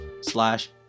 slash